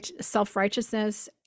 self-righteousness